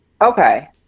okay